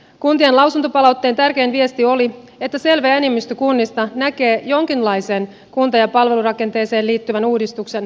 kuntien lausuntopalautteen tärkein viesti oli että selvä enemmistö kunnista näkee jonkinlaisen kunta ja palvelurakenteeseen liittyvän uudistuksen tarpeellisena